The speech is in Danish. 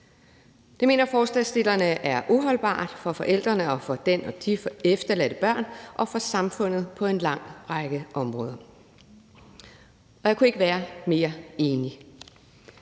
Det mener forslagsstillerne er uholdbart for forældrene og for det eller de efterladte børn og for samfundet på en lang række områder. Jeg kunne ikke være mere enig.